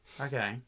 Okay